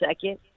second